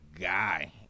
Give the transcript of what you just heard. guy